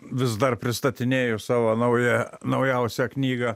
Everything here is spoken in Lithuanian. vis dar pristatinėju savo naują naujausią knygą